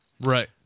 right